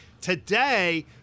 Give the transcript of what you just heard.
Today